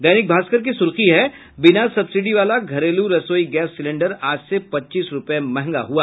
दैनिक भास्कर की सुर्खी है बिना सब्सिडी वाला घरेलू रसोई गैस सिलेंडर आज से पच्चीस रूपये महंगा हुआ